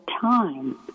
time